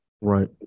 right